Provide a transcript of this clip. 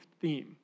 theme